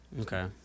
Okay